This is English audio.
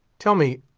tell me,